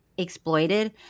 exploited